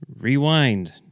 rewind